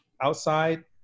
outside